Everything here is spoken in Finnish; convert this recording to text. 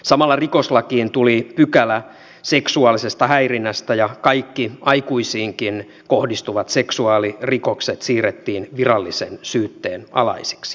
samalla rikoslakiin tuli pykälä seksuaalisesta häirinnästä ja kaikki aikuisiinkin kohdistuvat seksuaalirikokset siirrettiin virallisen syytteen alaisiksi